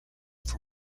for